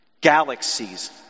Galaxies